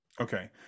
Okay